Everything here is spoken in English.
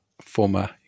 former